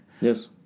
Yes